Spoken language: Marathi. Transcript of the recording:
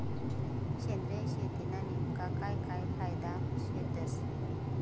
सेंद्रिय शेतीना नेमका काय काय फायदा शेतस?